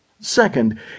Second